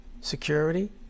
security